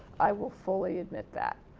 i will fully admit that.